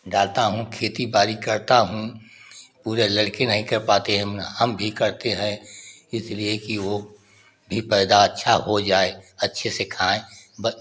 डालता हूँ खेती बाड़ी करता हूँ पूरे लड़के नहीं कर पाते हैं हम भी करते हैं इसलिए कि वो भी पैदा अच्छा हो जाए अच्छे से खाएं बस